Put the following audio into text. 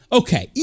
okay